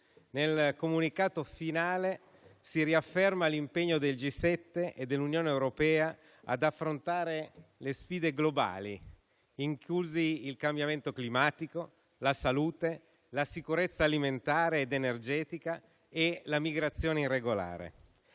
Nel comunicato finale si riafferma l'impegno del G7 e dell'Unione europea ad affrontare le sfide globali, inclusi il cambiamento climatico, la salute, la sicurezza alimentare ed energetica e la migrazione irregolare.